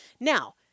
Now